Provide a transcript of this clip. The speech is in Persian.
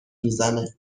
میزنه